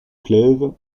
clèves